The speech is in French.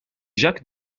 jacques